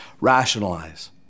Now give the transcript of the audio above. rationalize